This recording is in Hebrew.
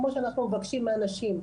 כמו שאנחנו מבקשים מאנשים,